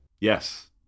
Yes